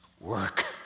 work